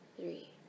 three